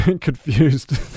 confused